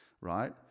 right